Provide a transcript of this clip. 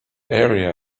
area